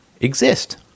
exist